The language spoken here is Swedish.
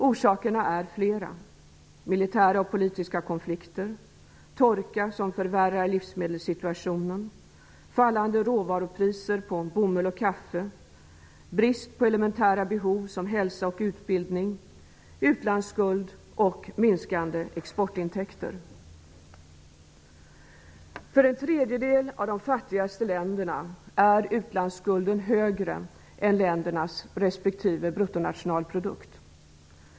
Orsakerna är flera: militära och politiska konflikter, torka som förvärrade livsmedelssituationen, fallande råvarupriser på bomull och kaffe, brist på resurser för att täcka elementära behov som hälsa och utbildning, utlandsskuld och minskande exportintäkter. För en tredjedel av de fattigaste länderna är utlandsskulden högre än ländernas respektive bruttonationalprodukt.